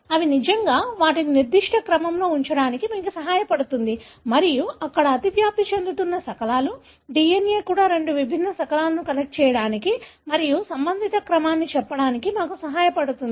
ఇది నిజంగా వాటిని నిర్దిష్ట క్రమంలో ఉంచడానికి మీకు సహాయపడుతుంది మరియు అక్కడ అతివ్యాప్తి చెందుతున్న శకలాలు DNA కూడా రెండు విభిన్న శకలాలను కనెక్ట్ చేయడానికి మరియు సంబంధిత క్రమాన్ని చెప్పడానికి మాకు సహాయపడుతుంది